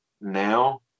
now